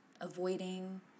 avoiding